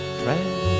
friend